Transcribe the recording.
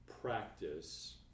practice